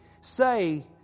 say